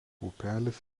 upelis